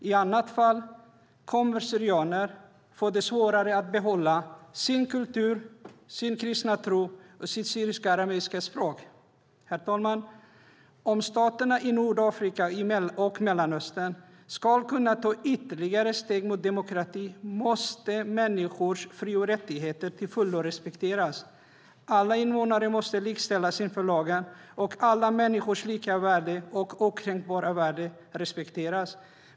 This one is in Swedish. I annat fall kommer syrianer att få det svårare att behålla sin kultur, sin kristna tro och sitt syriska, arameiska språk. Herr talman! Om staterna i Nordafrika och Mellanöstern ska kunna ta ytterligare steg mot demokrati måste människors fri och rättigheter till fullo respekteras. Alla invånare måste likställas inför lagen, och alla människors lika värde och okränkbara värde respekteras.